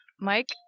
Mike